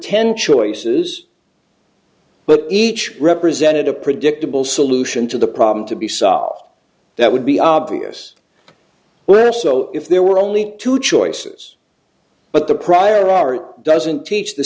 ten choices but each represented a predictable solution to the problem to be solved that would be obvious where so if there were only two choices but the prior art doesn't teach the